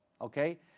Okay